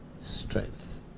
strength